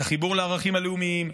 את החיבור לערכים הלאומיים,